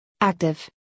active